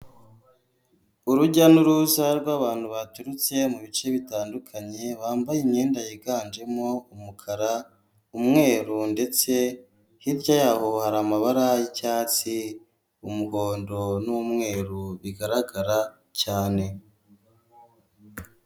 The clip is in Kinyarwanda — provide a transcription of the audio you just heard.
Urujya n'uruza rw'abantu baturutse mu bice bitandukanye bambaye imyenda yiganjemo umukara umweru ndetse hirya y'aho hari amabara y'icyatsi umuhondo n'umweru bigaragara cyane.